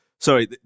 Sorry